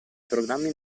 programmi